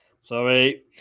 Sorry